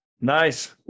Nice